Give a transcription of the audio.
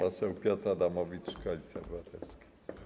Poseł Piotr Adamowicz, Koalicja Obywatelska.